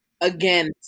again